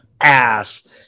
ass